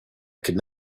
could